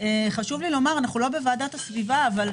חשוב לי לומר, אנחנו לא בוועדת הסביבה, אבל